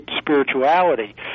spirituality